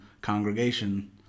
congregation